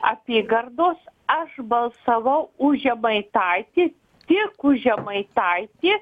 apygardos aš balsavau už žemaitaitį tiek už žemaitaitį